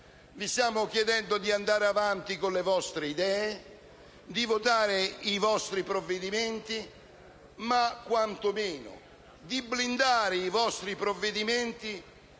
Vi stiamo chiedendo di andare avanti con le vostre idee, di votare i vostri provvedimenti, ma quanto meno di blindarli dalle inevitabili